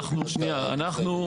אנחנו,